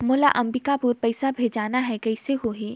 मोला अम्बिकापुर पइसा भेजना है, कइसे होही?